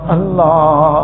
Allah